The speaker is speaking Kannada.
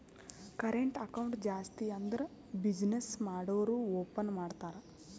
ಕರೆಂಟ್ ಅಕೌಂಟ್ ಜಾಸ್ತಿ ಅಂದುರ್ ಬಿಸಿನ್ನೆಸ್ ಮಾಡೂರು ಓಪನ್ ಮಾಡ್ತಾರ